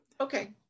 okay